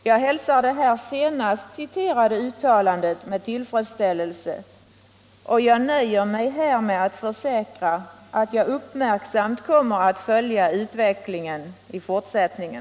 Jag hälsar det senast återgivna uttalandet med tillfredsställelse och nöjer mig med att försäkra att jag uppmärksamt kommer att följa utvecklingen.